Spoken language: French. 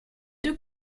deux